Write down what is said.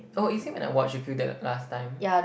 oh is it when I watch with you that last time